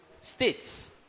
states